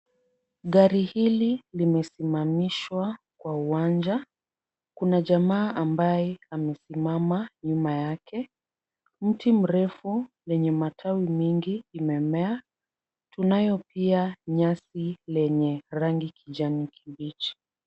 Gari hili limesimamishwa kwa uwanja. Kuna jamaa ambaye amesimama nyuma yake. Mti mrefu wenyematawi mengi umemea. Tunayo pia nyasi lenye angi kijani kibichi.